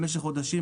במשך חודשים,